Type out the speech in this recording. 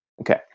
Okay